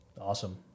Awesome